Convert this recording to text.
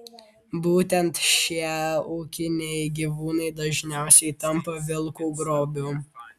būtent šie ūkiniai gyvūnai dažniausiai tampa vilkų grobiu